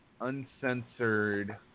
Uncensored